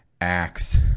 acts